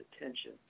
attention